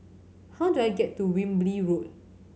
how do I get to Wilby Road